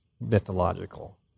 mythological